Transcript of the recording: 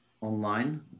online